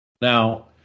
Now